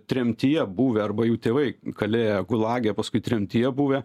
tremtyje buvę arba jų tėvai kalėję gulage paskui tremtyje buvę